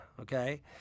okay